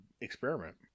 experiment